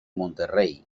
monterrey